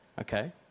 Okay